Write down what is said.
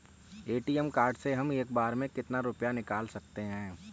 ATM card से हम एक बार में कितना रुपया निकाल सकते हैं?